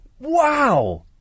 Wow